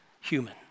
human